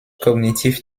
cognitive